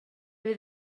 fydd